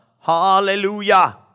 Hallelujah